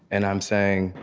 and i'm saying,